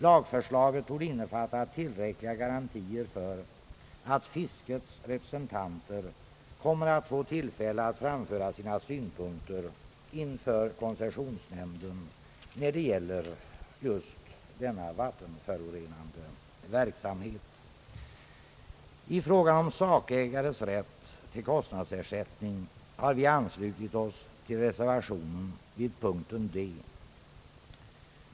Lagförslaget torde innefatta tillräckliga garantier för att fiskets representanter kommer att få tillfälle att framföra sina synpunkter inför koncessionsnämnden vad gäller just vattenförorenande verksamhet. I frågan om sakägares rätt till kostnadsersättning har vi anslutit oss till reservationen vid punkten D.